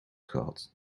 gehad